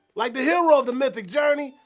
like the hero of the mythic journey,